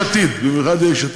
במיוחד לאלה שנמצאים פה.